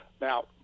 Now